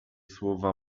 słowa